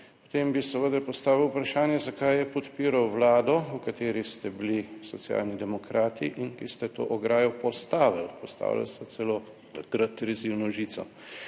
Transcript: Potem bi seveda postavil vprašanje zakaj je podpiral Vlado, v kateri ste bili Socialni demokrati in ki ste to ograjo postavili? Postavili so celo takrat rezilno žico.